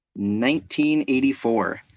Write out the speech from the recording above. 1984